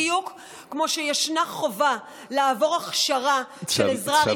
בדיוק כמו שישנה חובה לעבור הכשרה של עזרה ראשונה,